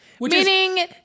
Meaning